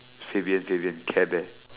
Shavian Shavian Care-Bear